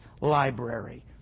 library